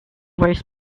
roast